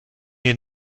ihr